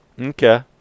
Okay